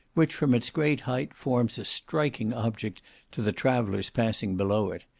which, from its great height, forms a striking object to the travellers passing below it.